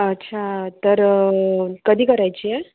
अच्छा तर कधी करायचीय